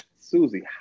Susie